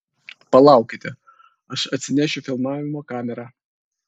palaukite aš atsinešiu filmavimo kamerą